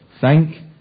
Thank